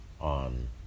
on